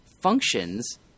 functions